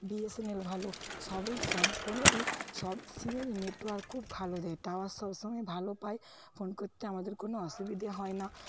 B S N L ভালো সবের সব ফোনেরই সব সিমেরই নেটওয়ার্ক খুব ভালো দেয় টাওয়ার সবসময় ভালো পাই ফোন করতে আমাদের কোনও অসুবিধে হয় না